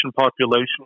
population